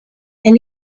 and